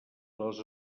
les